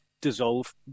dissolve